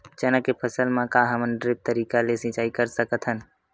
चना के फसल म का हमन ड्रिप तरीका ले सिचाई कर सकत हन?